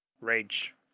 rage